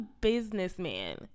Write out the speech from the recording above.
businessman